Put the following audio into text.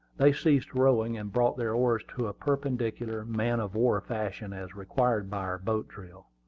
they ceased rowing, and brought their oars to a perpendicular, man-of-war fashion, as required by our boat-drill.